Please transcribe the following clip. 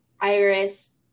Iris